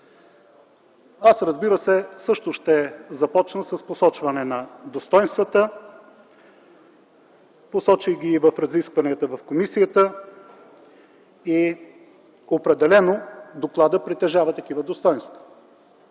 Аз, разбира се, също ще започна с посочване на достойнствата. Посочих ги и в разискванията в комисията. Определено докладът притежава такива достойнства